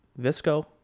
Visco